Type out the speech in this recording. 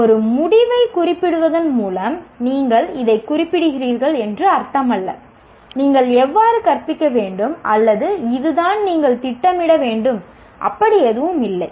ஒரு முடிவைக் குறிப்பிடுவதன் மூலம் நீங்கள் இதைக் குறிப்பிடுகிறீர்கள் என்று அர்த்தமல்ல நீங்கள் எவ்வாறு கற்பிக்க வேண்டும் அல்லது இதுதான் நீங்கள் திட்டமிட வேண்டும் அப்படி எதுவும் இல்லை